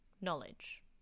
Knowledge